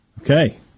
Okay